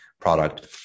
product